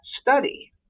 study